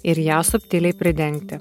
ir ją subtiliai pridengti